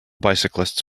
bicyclists